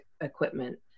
equipment